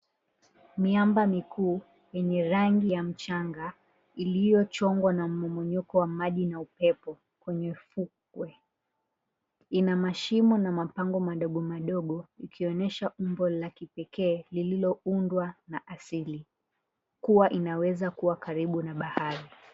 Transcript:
Miamba mikuu yenye rangi ya mchanga iliyochongwa na mmomonyoko wa maji na upepo kwenye fukwe. Ina mashimo na mapango madogo madogo ikionyesha umbo la kipekee lililoundwa na asili kuwa inaweza kuwa karibu na bahari.